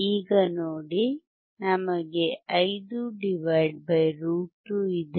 ಈಗ ನೋಡಿ ನಮಗೆ 5 √ 2 ಇದೆ